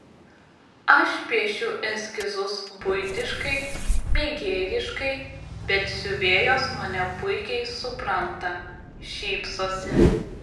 aš piešiu eskizus buitiškai mėgėjiškai bet siuvėjos mane puikiai supranta šypsosi